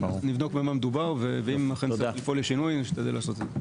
נבדוק במה מדובר ואם נצטרך לעבוד לשינוי נעשה זאת.